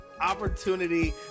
opportunity